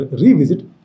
revisit